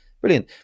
Brilliant